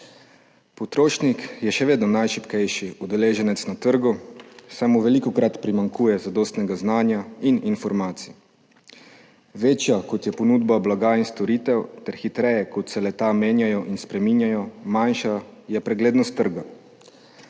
Potrošnik je še vedno najšibkejši udeleženec na trgu, saj mu velikokrat primanjkuje zadostnega znanja in informacij. Večja kot je ponudba blaga in storitev ter hitreje kot se le-ta menja in spreminja, manjša je preglednost trga.